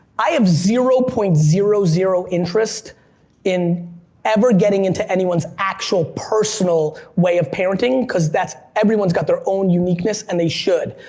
i have zero point zero zero interest in ever getting into anyone's actual personal way of parenting, cause that's, everyone's got their own uniqueness, and they should.